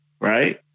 Right